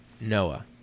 Noah